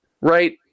right